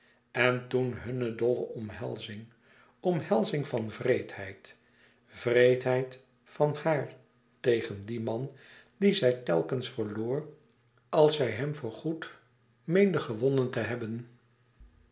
en toen hunne dolle omhelzing omhelzing van wreedheid wreedheid van haar tegen dien man dien zij telkens verloor als zij hem voor goed meende gevonden te hebben